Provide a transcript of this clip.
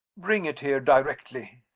bring it here directly!